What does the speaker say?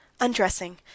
Undressing